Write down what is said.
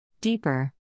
Deeper